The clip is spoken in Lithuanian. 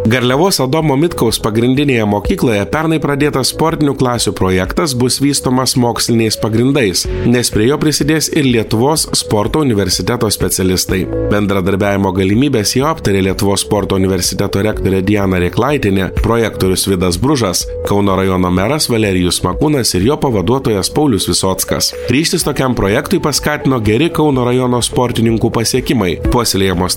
garliavos adomo mitkaus pagrindinėje mokykloje pernai pradėtas sportinių klasių projektas bus vystomas moksliniais pagrindais nes prie jo prisidės ir lietuvos sporto universiteto specialistai bendradarbiavimo galimybes jau aptarė lietuvos sporto universiteto rektorė diana rėklaitienė projektorius vidas bružas kauno rajono meras valerijus makūnas ir jo pavaduotojas paulius visockas ryžtis tokiam projektui paskatino geri kauno rajono sportininkų pasiekimai puoselėjamos